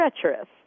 treacherous